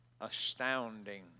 astounding